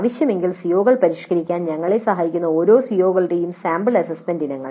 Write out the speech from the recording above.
ആവശ്യമെങ്കിൽ സിഒകൾ പരിഷ്കരിക്കാൻ ഞങ്ങളെ സഹായിക്കുന്ന ഓരോ സിഒ കളുടേയും സാമ്പിൾ അസസ്മെന്റ് ഇനങ്ങൾ